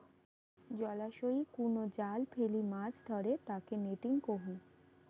জলাশয়ই কুনো জাল ফেলি মাছ ধরে তাকে নেটিং কহু